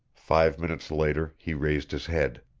five minutes later he raised his head.